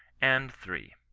and three.